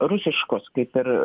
rusiškos kaip ir